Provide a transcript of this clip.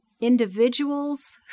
individuals